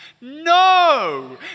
No